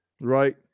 Right